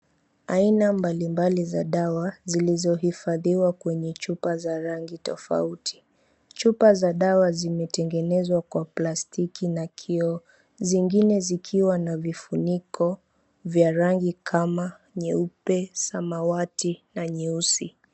Aina mbalimbali za dawa, zilizohifadhiwa kwenye chupa za rangi tofauti. Chupa za dawa zimetengenezwa kwa plastiki na kioo. Zingine zikiwa na vifuniko vya rangi kama nyeupe, samawati na nyeusi.